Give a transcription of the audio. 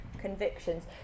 convictions